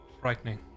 Frightening